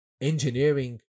engineering